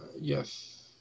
yes